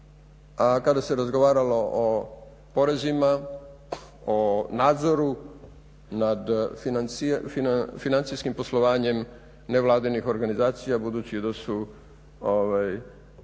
a kada se razgovaralo o porezima, o nadzorima nad financijskim poslovanjem nevladinih organizacija budući da su